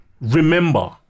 Remember